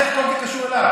איך כל זה קשור אליו?